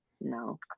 no